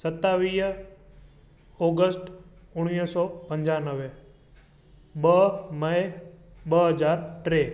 सतावीह ओगस्ट उणिवीह सौ पंजानवे ॿ मई ॿ हज़ार टे